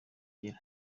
ugera